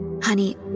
Honey